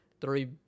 three